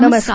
नमस्कार